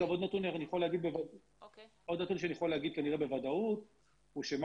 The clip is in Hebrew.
עוד נתון שאני יכול להגיד כנראה בוודאות הוא שמה